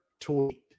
tweet